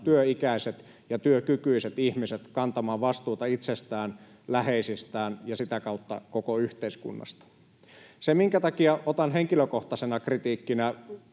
työikäiset ja työkykyiset ihmiset kantamaan vastuuta itsestään, läheisistään ja sitä kautta koko yhteiskunnasta. Se, minkä takia otan henkilökohtaisena kritiikkinä